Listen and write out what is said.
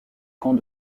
camp